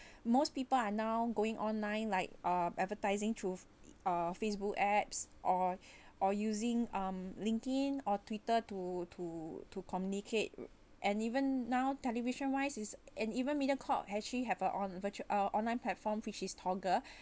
most people are now going online like uh advertising truth uh facebook apps or or using um linkedin or twitter to to to communicate and even now television wise is and even mediacorp actually have a on virtue uh online platform which is toga